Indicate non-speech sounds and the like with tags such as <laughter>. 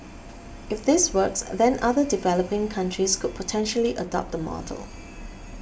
<noise> if this works then other developing countries could potentially adopt the model